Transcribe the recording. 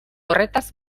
horretaz